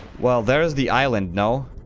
well, there's the island. no?